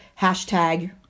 hashtag